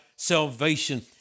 Salvation